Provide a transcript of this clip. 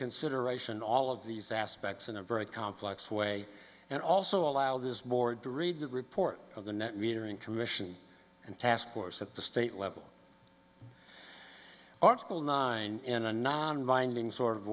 consideration all of these aspects in a very complex way and also allow this board to read the report of the net metering commission and task force at the state level article nine in a nonbinding sort of